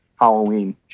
Halloween